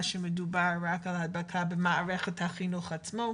שהמדובר רק על הדבקה במערכת החינוך עצמה.